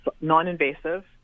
non-invasive